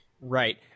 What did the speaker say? Right